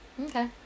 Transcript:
Okay